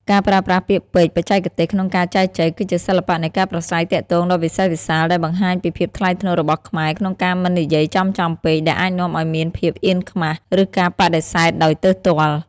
ការប្រើប្រាស់ពាក្យពេចន៍បច្ចេកទេសក្នុងការចែចូវ គឺជាសិល្បៈនៃការប្រាស្រ័យទាក់ទងដ៏វិសេសវិសាល ដែលបង្ហាញពីភាពថ្លៃថ្នូររបស់ខ្មែរក្នុងការមិននិយាយចំៗពេក ដែលអាចនាំឱ្យមានភាពអៀនខ្មាស ឬការបដិសេធដោយទើសទាល់។